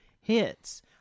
hits